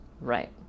Right